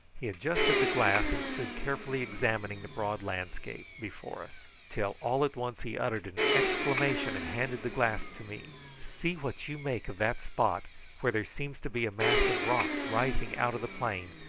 he adjusted the glass and stood carefully examining the broad landscape before us, till all at once he uttered an exclamation, and handed the glass to me. see what you make of that spot where there seems to be a mass of rock rising out of the plain,